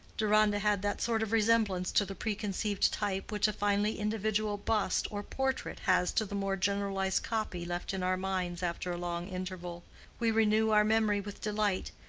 deronda had that sort of resemblance to the preconceived type which a finely individual bust or portrait has to the more generalized copy left in our minds after a long interval we renew our memory with delight,